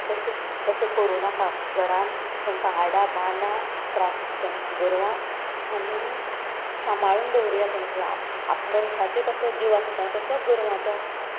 तशें तशें करूं नाका घरान तेंकां हाडा बांदा त्रास तें गोरवांक आनी सांबाळून दवरिया तेंचे आप आप मनशाचो कसो जीव आसता तसो गोरवांचो आसता